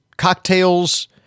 cocktails